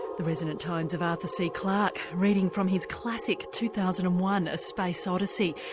the resonant tones of arthur c clarke reading from his classic two thousand and one a space odyssey,